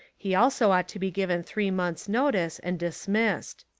he also ought to be given three months' notice and dis missed.